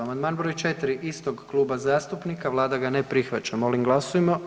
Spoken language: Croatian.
Amandman br. 4. istog kluba zastupnika vlada ga ne prihvaća, molim glasujmo.